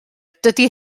dydy